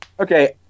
Okay